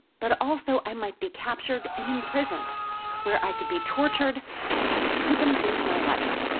but also i might be captured and imprisoned where i could be tortured or even lose my life.